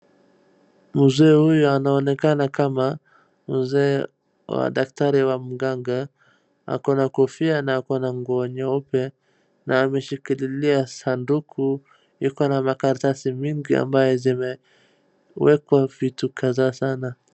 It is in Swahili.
Mzee huyu anaonekana kama mzee wa daktari wa mganga, ako na kofia na ako na nguo nyeupe na ameshikililia sanduku iko na makaratasi mingi ambayo zimewekwa vitu kadhaa sana.